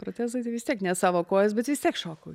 protezai tai vis tiek ne savo kojos bet vis tiek šokau